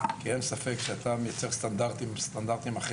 כי אין ספק שאתה מייצר סטנדרטים אחרים,